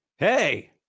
Hey